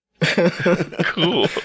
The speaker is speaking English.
Cool